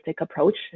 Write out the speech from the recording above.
approach